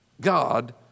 God